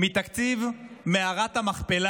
מתקציב מערת המכפלה